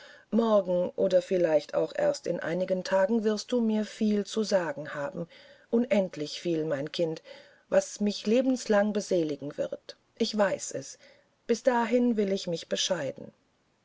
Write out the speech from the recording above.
morgen oder vielleicht auch erst in einigen tagen wirst du mir viel zu sagen haben unendlich viel mein kind was mich lebenslang beseligen wird ich weiß es bis dahin will ich mich bescheiden